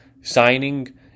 signing